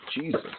Jesus